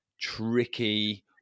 tricky